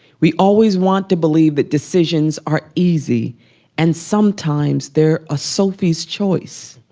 we always want to believe that decisions are easy and sometimes they're a sophie's choice.